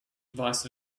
vice